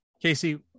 Casey